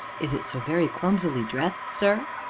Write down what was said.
is it so very clumsily dressed, sir?